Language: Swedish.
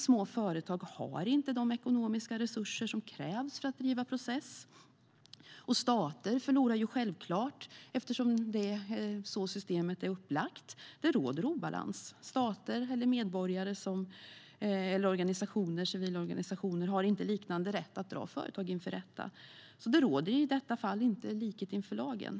Små företag har inte de ekonomiska resurser som krävs för att driva process. Och stater förlorar ju självklart, eftersom det är så systemet är upplagt. Det råder obalans. Stater och civila organisationer har inte liknande rätt att dra företag inför rätta, så det råder i detta fall inte likhet inför lagen.